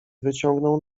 wyciągnął